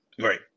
Right